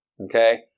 Okay